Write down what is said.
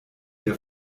der